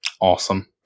Awesome